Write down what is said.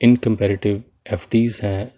ਇਨਕਮੈਰਟਿਵ F ਡੀਸ ਹੈ